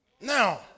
Now